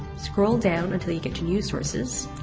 scroll down until you get to news sources,